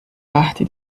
arte